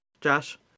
Josh